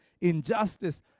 injustice